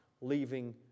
leaving